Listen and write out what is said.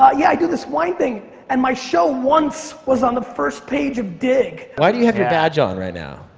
ah yeah, i do this wine thing and my show once was on the first page of digg. why do you have your badge on right now?